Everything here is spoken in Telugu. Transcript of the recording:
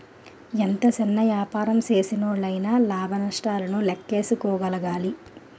ఎంత సిన్న యాపారం సేసినోల్లయినా లాభ నష్టాలను లేక్కేసుకోగలగాలి